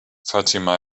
fatima